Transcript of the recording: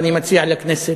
ואני מציע לכנסת,